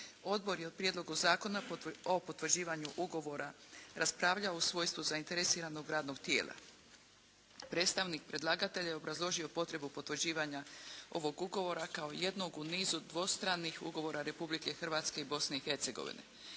Odbor je o Prijedlogu zakona o potvrđivanju ugovora raspravljao u svojstvu zainteresiranog radnog tijela. Predstavnik predlagatelja je obrazložio potrebu potvrđivanja ovog ugovora kao jednog u nizu dvostranih ugovora Republike Hrvatske i Bosne i Hercegovine.